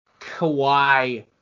Kawhi